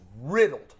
riddled